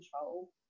control